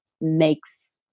makes